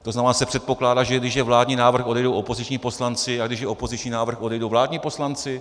To znamená, že se předpokládá, že když je vládní návrh, odejdou opoziční poslanci, a když je opoziční návrh, odejdou vládní poslanci?